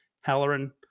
Halloran